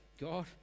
god